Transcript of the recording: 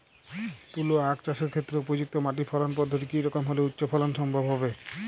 তুলো আঁখ চাষের ক্ষেত্রে উপযুক্ত মাটি ফলন পদ্ধতি কী রকম হলে উচ্চ ফলন সম্ভব হবে?